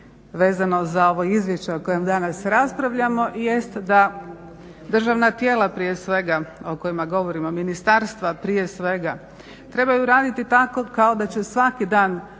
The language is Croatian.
vezano za ovo izvješće o kojem danas raspravljamo jest da državna tijela prije svega o kojima govorimo, ministarstva prije svega trebaju raditi tako kao da će svaki dan